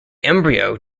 embryo